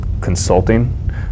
consulting